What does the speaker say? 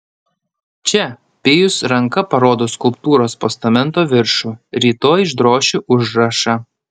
čia pijus ranka parodo skulptūros postamento viršų rytoj išdrošiu užrašą